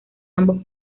ambos